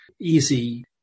easy